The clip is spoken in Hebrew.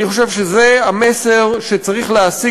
אני חושב שזה המסר שצריך להסיק.